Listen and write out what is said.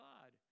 God